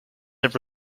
have